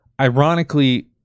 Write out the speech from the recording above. Ironically